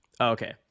Okay